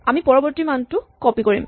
আমি পৰৱৰ্তী মানটো কপি কৰিম